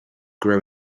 grow